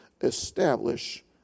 establish